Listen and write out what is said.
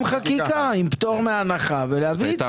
אז גם חקיקה, עם פטור מהנחה ולהביא את זה.